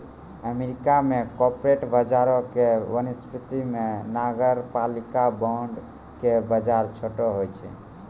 America मे corporate बजारो के वनिस्पत मे नगरपालिका बांड के बजार छोटो होय छै